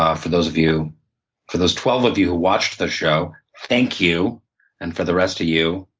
ah for those of you for those twelve of you who watched the show, thank you. and for the rest of you,